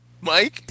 Mike